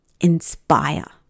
inspire